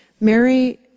Mary